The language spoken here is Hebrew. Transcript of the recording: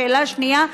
שאלה שנייה,